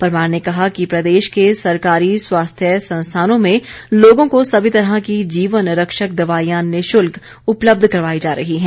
परमार ने कहा कि प्रदेश के सरकारी स्वास्थ्य संस्थानों में लोगों को सभी तरह की जीवन रक्षक दवाईयां निशुल्क उपलब्ध करवाई जा रही हैं